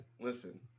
listen